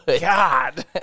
God